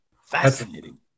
Fascinating